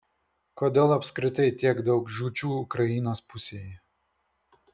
kodėl apskritai tiek daug žūčių ukrainos pusėje